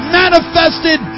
manifested